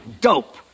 Dope